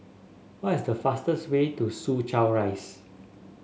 what is the fastest way to Soo Chow Rise